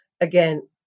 again